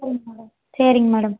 சரிங்க மேடம்